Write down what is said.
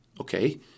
okay